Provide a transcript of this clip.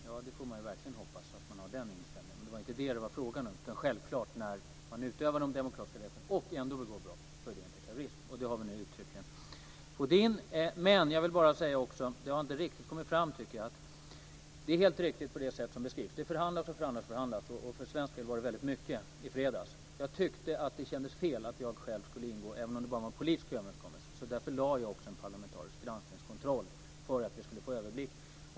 Ja, vi får verkligen hoppas att man har den inställningen, men det var inte det som det var fråga om. När man utövar de demokratiska rättigheterna och ändå begår brott är det inte terrorism. Det har vi nu uttryckligen fått inskrivet. Sedan en annan sak som inte riktigt har kommit fram. Det är helt riktigt så som det beskrivs här. Det förhandlas, förhandlas och förhandlas. För svensk del var det väldigt mycket i fredags. Jag tyckte att det kändes fel att jag själv skulle ingå, även om det bara var en politisk överenskommelse. Därför lade jag också en parlamentarisk granskningskontroll, alltså just för att få en överblick.